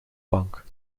bank